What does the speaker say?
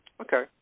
Okay